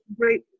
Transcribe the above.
great